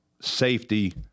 Safety